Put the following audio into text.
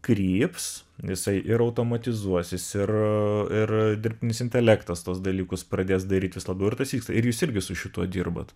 kryps jisai ir automatizuosis ir ir dirbtinis intelektas tuos dalykus pradės daryt vis labiau ir tas vyksta ir jūs irgi su šituo dirbat